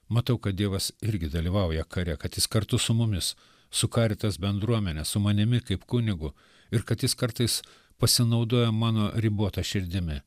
matau kad dievas irgi dalyvauja kare kad jis kartu su mumis su karitas bendruomene su manimi kaip kunigu ir kad jis kartais pasinaudoja mano ribota širdimi